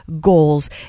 Goals